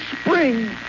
spring